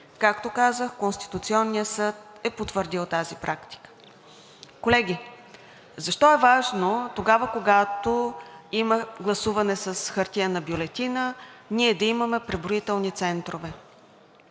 Както казах, Конституционният съд е потвърдил тази практика. Колеги, защо е важно тогава, когато има гласуване с хартиена бюлетина, ние да имаме преброителни центрове.